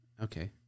Okay